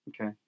Okay